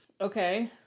Okay